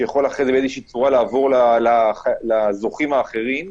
שיכול באיזושהי צורה לעבור לזוכים האחרים.